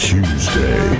Tuesday